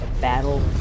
battle